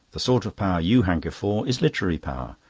the sort of power you hanker for is literary power.